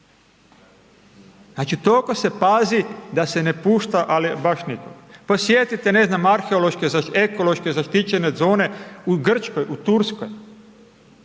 Znači toliko se pazi da se ne pušta ali baš nikoga. Posjetite ne znam, arheološke, ekološke zaštićene zone u Grčkoj, u Turskoj.